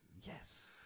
Yes